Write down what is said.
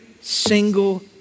single